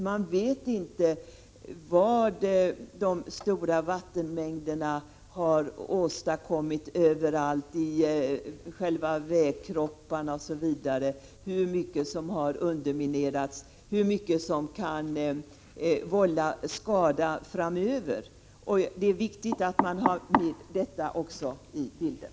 Man vet inte vad de stora vattenmängderna har åstadkommit överallt i vägkropparna, hur mycket som har underminerats, hur mycket som kan vålla skada framöver, osv. Det är viktigt att man har med också detta i bilden.